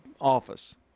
office